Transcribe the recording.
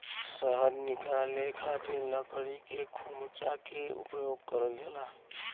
शहद निकाले खातिर लकड़ी के खोमचा के उपयोग करल जाला